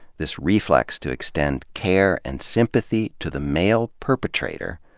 this reflex to extend care and sympathy to the male perpetrator,